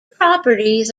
properties